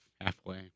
halfway